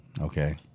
Okay